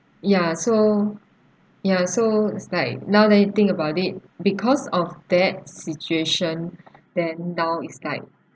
ya so ya so it's like now that you think about it because of that situation then now it's like